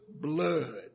blood